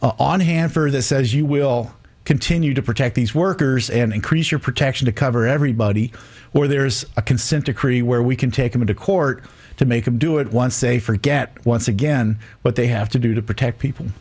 on hand for this as you will continue to protect these workers and increase your protection to cover everybody or there's a consent decree where we can take them into court to make them do it once they forget once again what they have to do to protect people